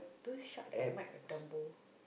don't shout in the mic dumbo